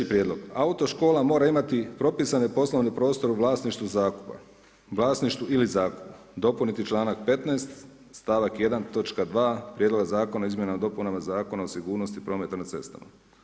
3. prijedlog, autoškola mora imati propisane poslovni prosto u vlasništvu zakupa, vlasništvu ili zakupu, dopuniti članak 15., stavak 1., točka 2., Prijedloga zakona o Izmjenama i dopunama Zakona o sigurnosti prometa na cestama.